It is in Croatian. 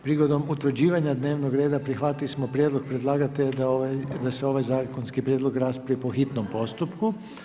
Prigodom utvrđivanja dnevnog reda prihvatili smo prijedlog predlagatelja da se ovaj zakonski prijedlog za raspravi po hitnom postupku.